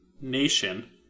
nation